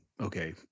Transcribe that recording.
okay